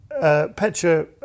Petra